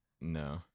No